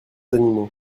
animaux